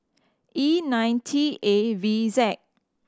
E nine T A V Z